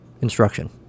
instruction